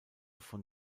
von